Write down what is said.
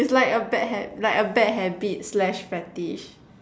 it's like a bad ha~ like a bad habit slash fetish